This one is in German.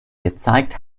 gezeigt